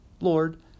Lord